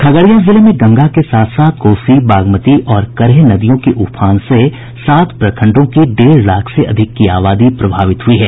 खगड़िया जिले में गंगा के साथ साथ कोसी बागमती और करेह नदियों के उफान से सात प्रखंडों की डेढ़ लाख से अधिक की आबादी प्रभावित हुई है